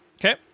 Okay